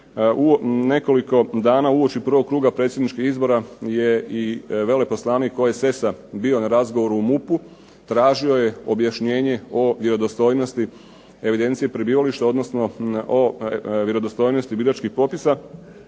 Nekoliko dana uoči prvog kruga predsjedničkih izbora je i veleposlanik OESS-a bio na razgovoru u MUP-u, tražio je objašnjenje o vjerodostojnosti evidencije prebivališta, odnosno o vjerodostojnosti biračkih popisa.